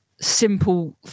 simple